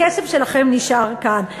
הכסף שלכם נשאר כאן.